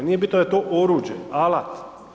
Nije bitno da je to oruđe, alat.